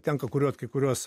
tenka kuriuot kai kuriuos